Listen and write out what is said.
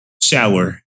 shower